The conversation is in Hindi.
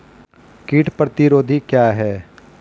कीट प्रतिरोधी क्या है?